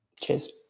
Cheers